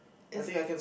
is